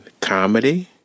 comedy